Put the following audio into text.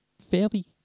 fairly